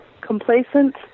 Complacent